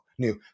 new